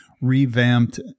revamped